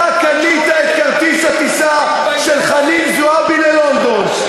אתה קנית את כרטיס הטיסה של חנין זועבי ללונדון,